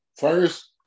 First